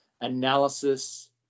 analysis